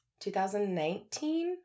2019